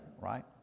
right